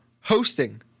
hosting